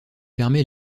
permet